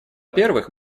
первых